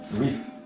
reef